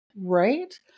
Right